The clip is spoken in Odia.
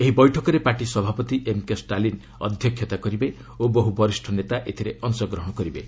ଏହି ବୈଠକରେ ପାର୍ଟି ସଭାପତି ଏମ୍କେ ଷ୍ଟାଲିନ୍ ଅଧ୍ୟକ୍ଷତା କରିବେ ଓ ବହୁ ବରିଷ୍ଣ ନେତା ଏଥିରେ ଅଂଶଗ୍ରହଣ କରିବେ